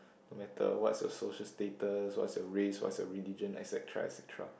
no matter what's your social status what's your race what's your religion et-cetera et-cetera